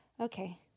Okay